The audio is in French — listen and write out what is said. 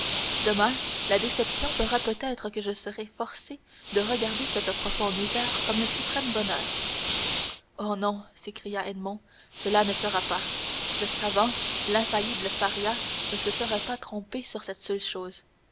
demain la déception fera peut-être que je serai forcé de regarder cette profonde misère comme le suprême bonheur oh non s'écria edmond cela ne sera pas le savant l'infaillible faria ne se serait pas trompé sur cette seule chose